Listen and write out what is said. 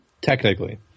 Technically